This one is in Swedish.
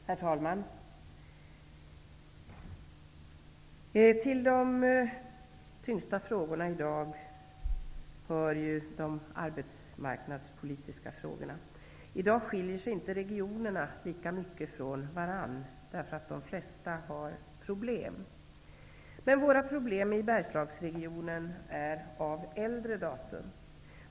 Herr talman! Till de tyngsta frågorna i dag hör de arbetsmarknadspolitiska frågorna. I dag skiljer sig inte regionerna lika mycket från varandra som de gjorde tidigare. De flesta regioner har problem. Våra problem i Bergslagsregionen är dock av äldre datum.